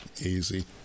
Easy